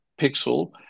Pixel